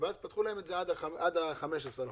ואז פתחו להם את זה עד 15 ליולי.